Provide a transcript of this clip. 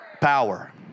power